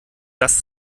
das